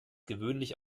gewöhnlich